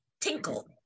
tinkle